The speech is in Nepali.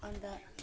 अन्त